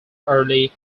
early